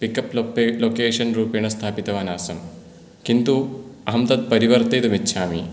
pickup location रूपेण स्थापितवान् आसम् किन्तु अहं तत् परिवर्तयितुमिच्छामि